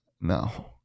No